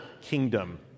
kingdom